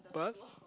bus